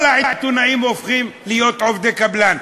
כל העיתונאים הופכים להיות עובדי קבלן.